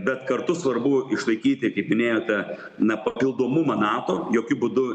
bet kartu svarbu išlaikyti kaip minėjote na papildomumą nato jokiu būdu